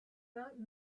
not